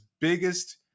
biggest